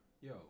Yo